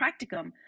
practicum